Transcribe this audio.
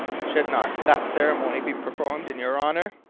should not that ceremony be performed in your honour?